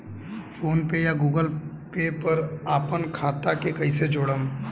PhonePe या Google Pay पर अपना खाता के कईसे जोड़म?